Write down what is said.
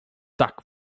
tak